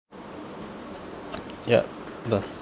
ya